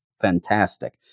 fantastic